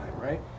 right